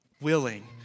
willing